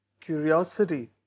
curiosity